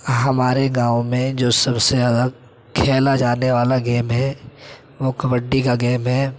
ہمارے گاؤں میں جو سب سے الگ کھیلا جانے والا گیم ہے وہ کبڈی کا گیم ہے